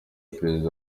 perezida